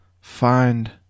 find